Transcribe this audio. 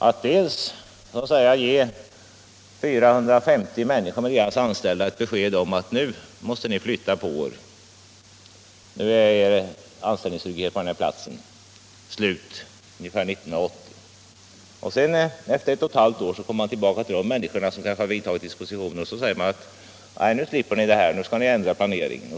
Det gäller att ge 450 människor besked: Nu måste ni flytta på er, nu är er anställning på den här platsen slut — ungefär år 1980. Och sedan, efter ett och ett halvt år, skulle man komma tillbaka till dessa människor, som då kanske vidtagit vissa dispositioner, och säga: Nu slipper ni det här, nu skall ni ändra planeringen.